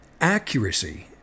accuracy